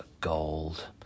gold